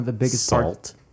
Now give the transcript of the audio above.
salt